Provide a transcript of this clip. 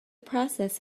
process